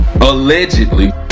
Allegedly